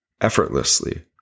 effortlessly